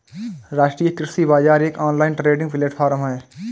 राष्ट्रीय कृषि बाजार एक ऑनलाइन ट्रेडिंग प्लेटफॉर्म है